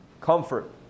Comfort